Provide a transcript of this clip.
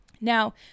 Now